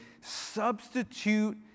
substitute